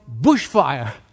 bushfire